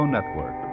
Network